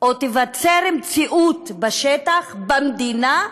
שתיווצר מציאות בשטח, במדינה,